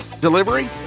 Delivery